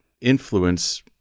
influence